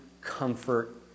comfort